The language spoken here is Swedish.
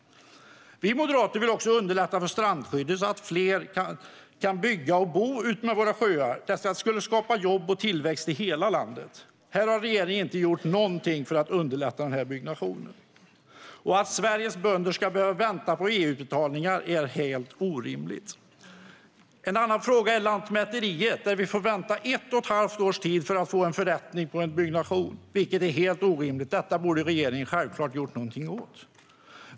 Vi moderater vill lätta på strandskyddet så att fler kan bygga och bo vid våra sjöar. Detta skulle skapa jobb och tillväxt i hela landet. Regeringen har inte gjort någonting för underlätta sådan byggnation. Att Sveriges bönder ska behöva vänta på EU-utbetalningar är helt orimligt. En annan fråga är Lantmäteriet. Man får i dag vänta i ett och ett halvt års tid för att få en förrättning på en byggnation, vilket är helt orimligt. Detta borde regeringen självklart ha gjort någonting åt.